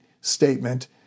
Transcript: statement